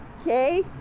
okay